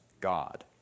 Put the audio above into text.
God